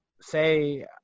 say